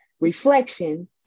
reflection